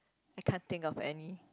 I can't think of any